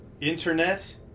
Internet